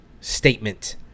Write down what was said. statement